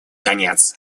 конец